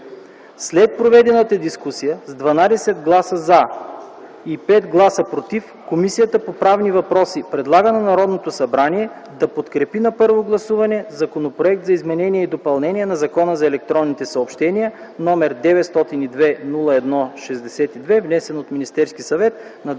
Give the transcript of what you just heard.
След проведената дискусия с 12 гласа „за” и 5 гласа „против” Комисията по правни въпроси предлага на Народното събрание да подкрепи на първо гласуване Законопроект за изменение и допълнение на Закона за електронните съобщения, № 902-01-62, внесен от Министерския съвет на 28